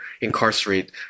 incarcerate